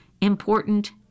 Important